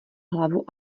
hlavu